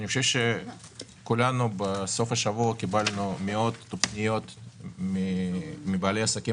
אני חושב שכולנו בסוף השבוע קיבלנו מאות פניות מבעלי העסקים